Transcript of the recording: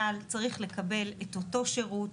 צה"ל הוא צריך לקבל את אותו שירות.